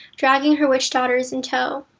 dragging her witchdaughters in tow.